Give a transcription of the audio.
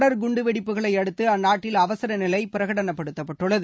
தொடர் குண்டுவெடிப்புகளை அடுத்து அந்நாட்டில் அவசர நிலை பிரகடனப்படுத்தப்பட்டுள்ளது